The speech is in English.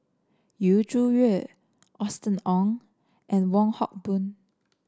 Yu Zhuye Austen Ong and Wong Hock Boon